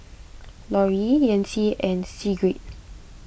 Laurie Yancy and Sigrid